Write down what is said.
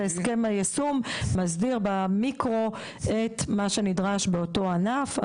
והסכם היישום מסדיר במיקרו את מה שנדרש באותו ענף.